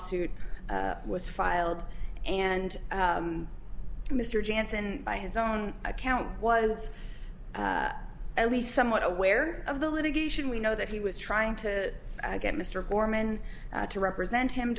suit was filed and mr janssen by his own account was at least somewhat aware of the litigation we know that he was trying to get mr gorman to represent him